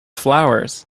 flowers